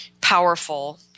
powerful